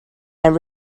and